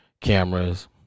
cameras